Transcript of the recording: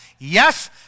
Yes